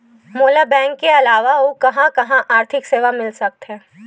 मोला बैंक के अलावा आऊ कहां कहा आर्थिक सेवा मिल सकथे?